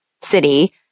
city